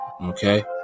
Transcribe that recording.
Okay